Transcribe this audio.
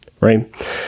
right